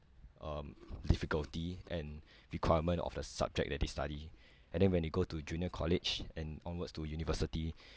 um difficulty and requirement of the subject that they study and then when they go to junior college and onwards to university